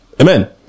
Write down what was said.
Amen